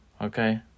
okay